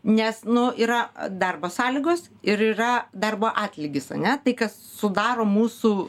nes nu yra darbo sąlygos ir yra darbo atlygis ane tai kas sudaro mūsų